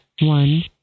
one